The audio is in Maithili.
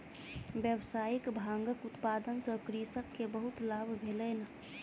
व्यावसायिक भांगक उत्पादन सॅ कृषक के बहुत लाभ भेलैन